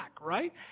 right